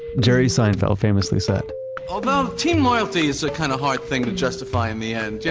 jerry seinfeld famously said although team loyalty is a kind of hard thing to justify in the end. yeah